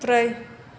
ब्रै